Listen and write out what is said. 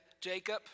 Jacob